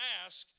ask